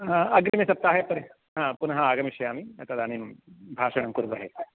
अग्रिमे सप्ताहे परि हा पुनः आगमिष्यामि तदानीं भाषणं कुर्वहे